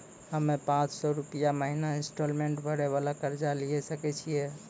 हम्मय पांच सौ रुपिया महीना इंस्टॉलमेंट भरे वाला कर्जा लिये सकय छियै?